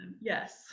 yes